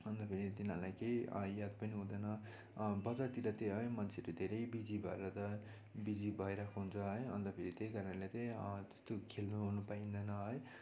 अन्त फेरि तिनीहरूलाई त याद पनि हुँदैन बजारतिर त है मान्छेहरू धेरै बिजी भएर त बिजी भएरहेको हुन्छ है अन्त फेरि त्यही कारणले त त्यस्तो खेल्नु ओर्नु पाइँदैन है